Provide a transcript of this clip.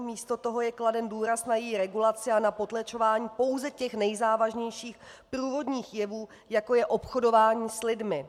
Místo toho je kladen důraz na její regulaci a na potlačování pouze těch nejzávažnějších průvodních jevů, jako je obchodování s lidmi.